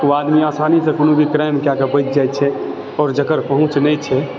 ओ आदमी आसानीसँ कोनो भी क्राइम कए कऽ बचि जाए छै आओर जेकर पहुँच नहि छै